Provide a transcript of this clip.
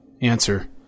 Answer